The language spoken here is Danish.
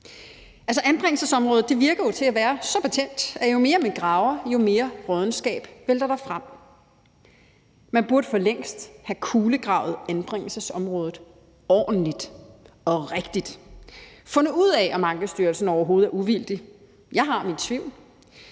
anbringelsesområdet virker jo til at være så betændt, at jo mere vi graver, jo mere råddenskab vælter der frem. Man burde for længst have kulegravet anbringelsesområdet ordentligt og rigtigt og have fundet ud af, om Ankestyrelsen overhovedet er uvildig – jeg har mine tvivl